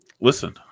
Listen